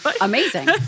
amazing